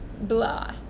blah